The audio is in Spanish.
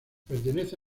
pertenece